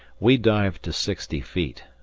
we dived to sixty feet,